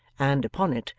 and, upon it,